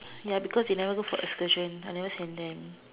ya because they never go for excursion I never send them